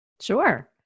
sure